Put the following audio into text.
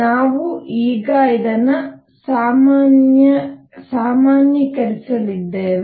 ನಾವು ಈಗ ಇದನ್ನು ಸಾಮಾನ್ಯೀಕರಿಸಲಿದ್ದೇವೆ